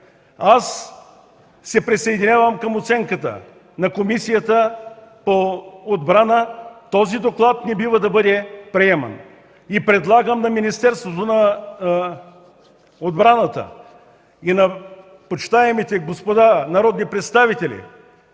Аз се присъединявам към оценката на Комисията по отбрана – този доклад не бива да бъде приеман. Предлагам на Министерството на отбраната и на почитаемите господа народни представители